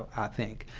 think.